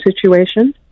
situation